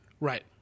Right